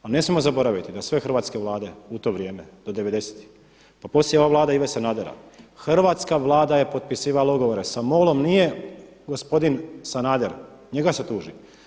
Pa ne smijemo zaboraviti da sve hrvatske vlade u to vrijeme do 90-tih, pa poslije ova Vlada Ive Sanadera, Hrvatska vlada je potpisivala ugovore sa MOL-om, nije gospodin Ivo Sanader njega se tuži.